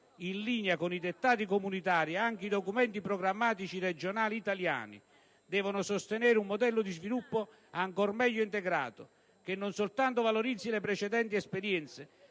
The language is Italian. In linea con i dettati comunitari, anche i documenti programmatici regionali italiani devono sostenere un modello di sviluppo ancor meglio integrato, che non soltanto valorizzi le precedenti esperienze